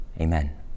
amen